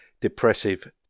Depressive